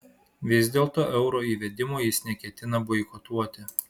vis dėlto euro įvedimo jis neketina boikotuoti